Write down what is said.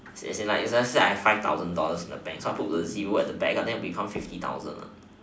as in like if let's say I have five thousand in the bank so I'll put a zero at the back so it'll become fifty thousand